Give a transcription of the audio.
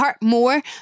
more